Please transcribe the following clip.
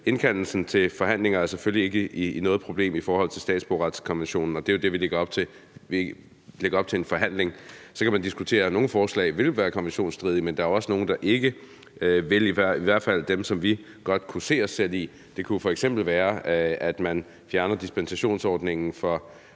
indkaldelsen til forhandlinger selvfølgelig ikke er noget problem i forhold til statsborgerretskonventionen, og det er jo det, vi lægger op til. Vi lægger op til en forhandling. Så kan man diskutere, at nogle forslag ville være konventionsstridige, men der er også nogle der ikke ville være det, og det gælder i hvert fald dem, som vi godt kunne se os selv i. Det kunne f.eks. være, at man fjernede dispensationsordningen for